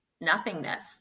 nothingness